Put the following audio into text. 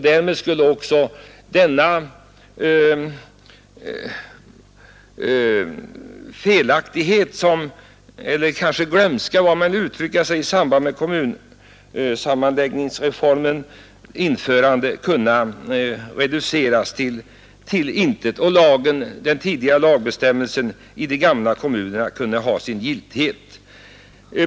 Därmed skulle man kunna reducera verkningarna av den felaktighet — eller glömska, vad man vill kalla det — som uppstått i samband med kommunsammanläggningarna. Den tidigare lagbestämmelsen skulle på så sätt återfå sin giltighet.